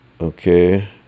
Okay